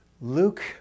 Luke